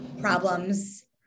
problems